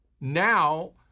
now